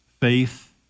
faith